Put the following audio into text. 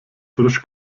frisch